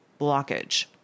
blockage